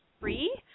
free